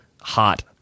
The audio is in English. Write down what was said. hot